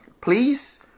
Please